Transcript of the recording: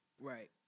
Right